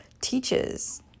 teaches